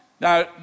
Now